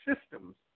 systems